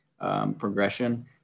progression